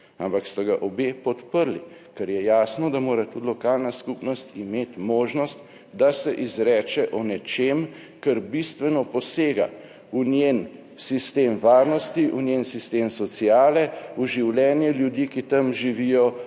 ampak sta ga obe podprli, ker je jasno, da mora tudi lokalna skupnost imeti možnost, da se izreče o nečem, kar bistveno posega v njen sistem varnosti, v njen sistem sociale, v življenje ljudi, ki tam živijo,